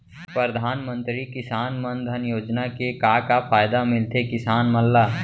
परधानमंतरी किसान मन धन योजना के का का फायदा मिलथे किसान मन ला?